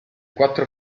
quattro